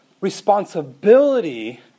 responsibility